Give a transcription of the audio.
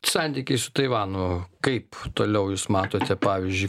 santykiai su taivanu kaip toliau jūs matote pavyzdžiui